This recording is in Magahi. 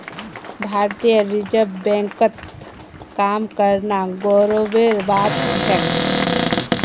भारतीय रिजर्व बैंकत काम करना गर्वेर बात छेक